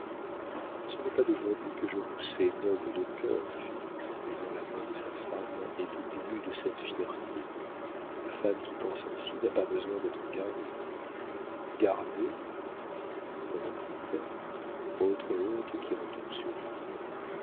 ce n'est pas d'aujourd'hui que je vous sais noble de cœur dit félix en baisant la main de sa femme et tout ému de cette fierté une femme qui pense ainsi n'a pas besoin d'être gardée gardée reprit-elle autre honte qui retombe sur vous